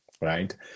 right